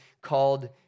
called